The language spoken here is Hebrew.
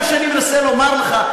מה שאני מנסה לומר לך,